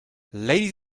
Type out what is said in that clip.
ladies